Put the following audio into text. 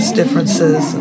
differences